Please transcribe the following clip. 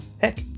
Heck